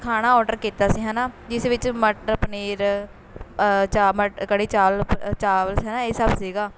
ਖਾਣਾ ਔਰਡਰ ਕੀਤਾ ਸੀ ਹੈ ਨਾ ਜਿਸ ਵਿੱਚ ਮਟਰ ਪਨੀਰ ਚਾ ਮਟ ਕੜੀ ਚਾਲ ਚਾਵਲਸ ਹੈ ਨਾ ਇਹ ਸਭ ਸੀਗਾ